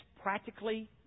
practically